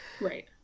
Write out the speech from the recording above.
right